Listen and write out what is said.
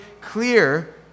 clear